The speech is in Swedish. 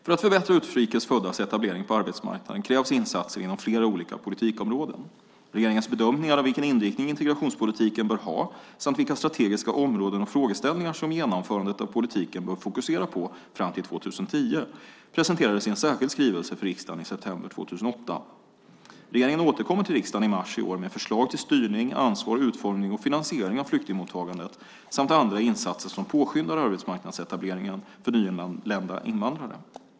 För att förbättra utrikes föddas etablering på arbetsmarknaden krävs det insatser inom flera olika politikområden. Regeringens bedömningar av vilken inriktning integrationspolitiken bör ha samt vilka strategiska områden och frågeställningar som genomförandet av politiken bör fokusera på fram till år 2010 presenterades för riksdagen i en särskild skrivelse i september 2008. Regeringen återkommer till riksdagen i mars i år med förslag till styrning, ansvar, utformning och finansiering av flyktingmottagandet samt andra insatser som påskyndar arbetsmarknadsetableringen för nyanlända invandrare.